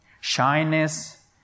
Shyness